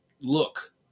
look